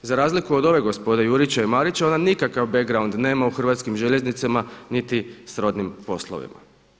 Za razliku od ove gospode Jurića i Marića ona nikakav background nema u Hrvatskim željeznicama niti srodnim poslovima.